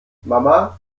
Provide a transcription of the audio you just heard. mama